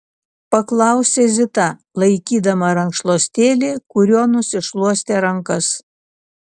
paklausė zita laikydama rankšluostėlį kuriuo nusišluostė rankas